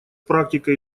практикой